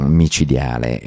micidiale